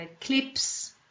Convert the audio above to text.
clips